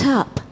up